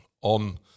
on